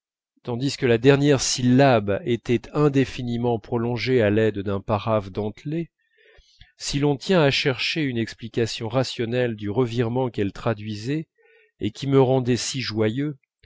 tandis que la dernière syllabe était indéfiniment prolongée à l'aide d'un paraphe dentelé si l'on tient à chercher une explication rationnelle du revirement qu'elle traduisait et qui me rendait si joyeux